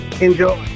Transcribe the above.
Enjoy